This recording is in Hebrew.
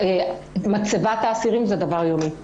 מצבת האסירים היא דבר יומי.